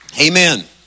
Amen